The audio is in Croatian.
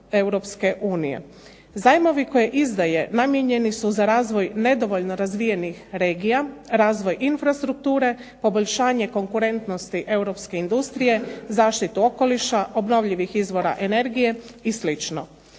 Zajmove koje izdaje namijenjeni su za razvoj nedovoljno razvijenih regija, razvoj infrastrukture, poboljšanje konkurentnosti europske industrije, zaštitu okoliša, obnovljivih izvora energije i